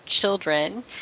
children